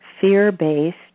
fear-based